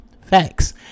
Facts